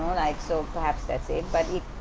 like so perhaps that's it but it.